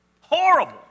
Horrible